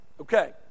Okay